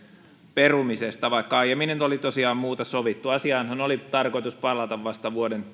perumisesta vaikka aiemmin oli tosiaan muuta sovittu asiaanhan oli tarkoitus palata vasta vuoden